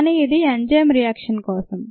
కానీ ఇది enzyme reaction కోసం